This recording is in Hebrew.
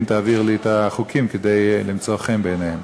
תעביר לי את החוקים כדי למצוא חן בעיניהם.